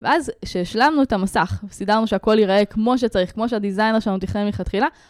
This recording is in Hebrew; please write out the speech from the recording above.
ואז כשהשלמנו את המסך וסידרנו שהכל ייראה כמו שצריך, כמו שהדיזיינר שלנו תכנן מכתחילה,